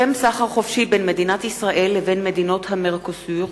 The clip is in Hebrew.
הסכם סחר חופשי בין מדינת ישראל לבין מדינות ה-Mercosur,